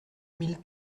mille